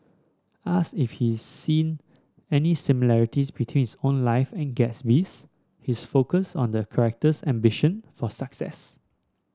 ask if he seen any similarities between his own life and Gatsby's his focus on the character's ambition for success